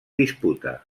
disputa